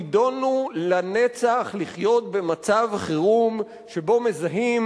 אנחנו נידונו לנצח לחיות במצב חירום שבו מזהים